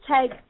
take